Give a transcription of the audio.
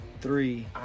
three